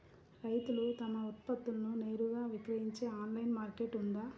రైతులు తమ ఉత్పత్తులను నేరుగా విక్రయించే ఆన్లైను మార్కెట్ ఉందా?